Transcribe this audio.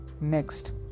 Next